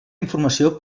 informació